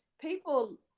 people